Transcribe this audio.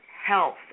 health